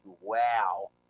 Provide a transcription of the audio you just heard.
wow